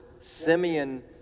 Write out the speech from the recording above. Simeon